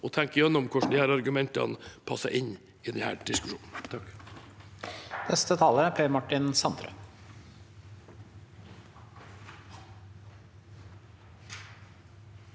og tenke gjennom hvordan de argumentene passer inn i denne diskusjonen. Per